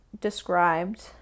described